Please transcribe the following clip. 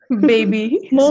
baby